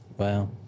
Wow